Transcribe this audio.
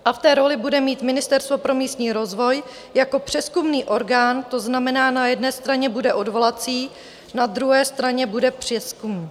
A v té roli bude mít Ministerstvo pro místní rozvoj jako přezkumný orgán, to znamená na jedné straně bude odvolací, na druhé straně bude přezkumný.